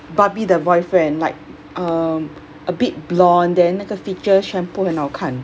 barbie the boyfriend like um a bit blonde then 那个 features 全部很好看